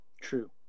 True